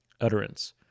utterance